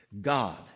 God